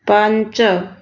ପାଞ୍ଚ